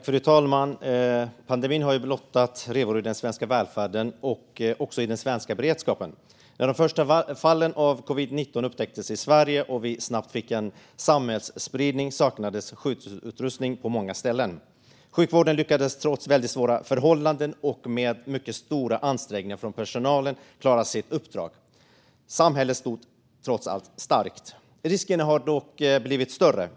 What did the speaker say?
Fru talman! Pandemin har blottat revor i den svenska välfärden och även i den svenska beredskapen. När de första fallen av covid-19 upptäcktes i Sverige och vi snabbt fick en samhällsspridning saknades skyddsutrustning på många ställen. Sjukvården lyckades trots väldigt svåra förhållanden och med mycket stora ansträngningar från personalen klara sitt uppdrag. Samhället stod trots allt starkt. Risken har dock blivit större.